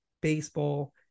baseball